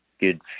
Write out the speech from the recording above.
good